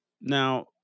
Now